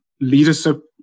leadership